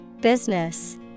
Business